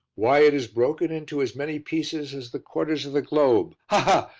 why, it is broken into as many pieces as the quarters of the globe. ha, ha!